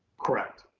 correct.